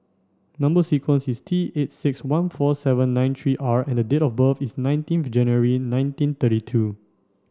number sequence is T eight six one four seven nine three R and date of birth is nineteenth January nineteen thirty two